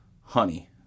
honey